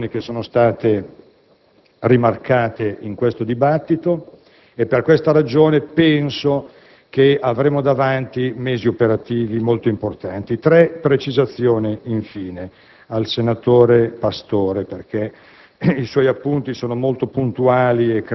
Mi pare che queste siano le due condivisioni che siano state rimarcate in questo dibattito. Per questa ragione penso che avremo davanti mesi operativi molto importanti. Tre precisazioni infine al senatore Pastore, perché